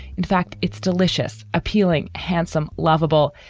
in fact, it's delicious, appealing, handsome, lovable.